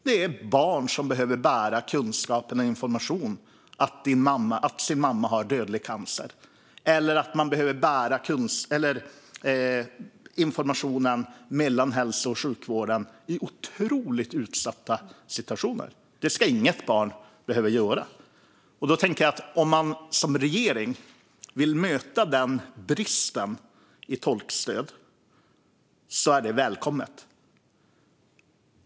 Det är barn som behöver bära kunskap och information om att mamma har dödlig cancer eller annan information från hälso och sjukvården i otroligt utsatta situationer. Det ska inget barn behöva göra. Om man som regering vill möta denna brist på tolkstöd är det välkommet.